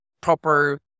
proper